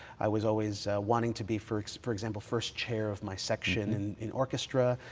i was always wanting to be, for for example, first chair of my section and in orchestra.